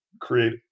create